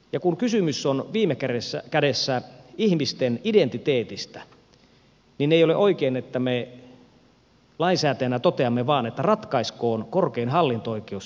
ja kun kysymys on viime kädessä ihmisten identiteetistä niin ei ole oikein että me lainsäätäjinä toteamme vain että ratkaiskoon korkein hallinto oikeus ihmisen identiteetin